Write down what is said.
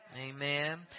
Amen